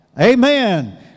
Amen